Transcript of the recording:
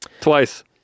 twice